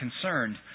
concerned